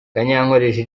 kanyankore